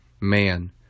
man